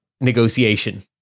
negotiation